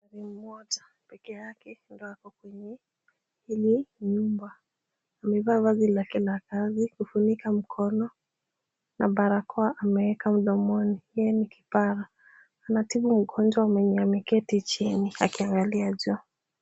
Daktari mmoja pekee yake ndo ako kwenye hili nyumba. Amevaa vazi lake la kazi, kufunika mkono na barakoa ameweka mdomoni, yeye ni kipara. Anatibu mgonjwa mwenye ameketi chini akiangalia juu.